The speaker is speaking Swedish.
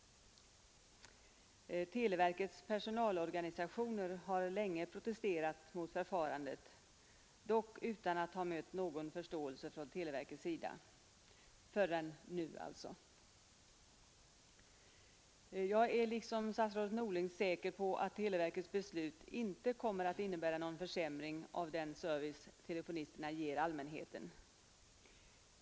Televerkets personalorganisationer har länge protesterat mot förfarandet, dock utan att ha mött någon förståelse från televerkets sida förrän nu. Liksom statsrådet Norling är jag säker på att televerkets beslut inte kommer att innebära någon försämring av den service telefonisterna ger allmänheten.